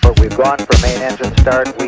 but we've gone from main engine start,